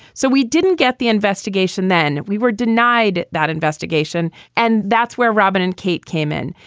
so we didn't get the investigation then we were denied that investigation and that's where robert and kate came in.